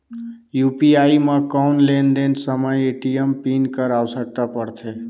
UPI म कौन लेन देन समय ए.टी.एम पिन कर आवश्यकता पड़थे?